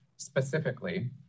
Specifically